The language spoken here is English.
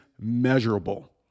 measurable